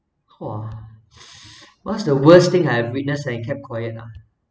!wah! what's the worst thing I have witnessed and kept quiet ah